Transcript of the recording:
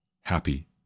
happy